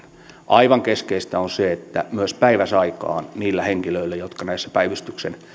aivan keskeistä on se että myös päiväsaikaan niillä henkilöillä jotka ovat näissä päivystyksen